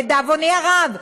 לדאבוני הרב,